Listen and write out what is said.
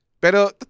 pero